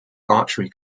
archery